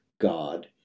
God